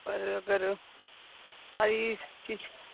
ਪਰ ਅਗਰ ਚੀਜ਼